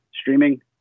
streaming